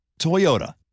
Toyota